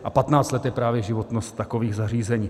A 15 let je právě životnost takových zařízení.